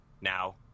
Now